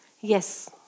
Yes